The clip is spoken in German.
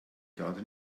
gerade